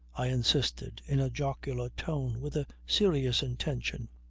i insisted in a jocular tone, with a serious intention.